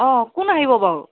অঁ কোন আহিব বাৰু